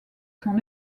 son